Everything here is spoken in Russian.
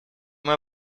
мое